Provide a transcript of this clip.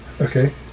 Okay